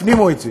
תפנימו את זה.